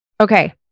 Okay